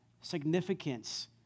significance